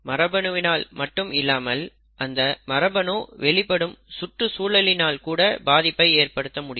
மரபணுவினால் மட்டும் இல்லாமல் அந்த மரபணு வெளிப்படும் சுற்றுச்சூழலினால் கூட பாதிப்பை ஏற்படுத்த முடியும்